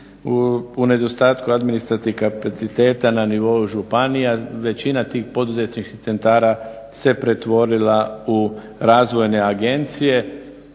u nedostatku administrativnih kapaciteta na nivou županije, većina tih poduzetničkih centara se pretvorila u razvojne agencije,